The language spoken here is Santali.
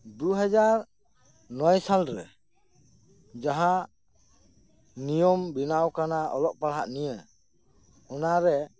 ᱫᱩ ᱦᱟᱡᱟᱨ ᱱᱚᱭ ᱥᱟᱞ ᱨᱮ ᱡᱟᱦᱟᱸ ᱱᱤᱭᱚᱢ ᱵᱮᱱᱟᱣ ᱟᱠᱟᱱᱟ ᱚᱞᱚᱜ ᱯᱟᱲᱦᱟᱜ ᱱᱤᱭᱮ ᱚᱱᱟᱨᱮ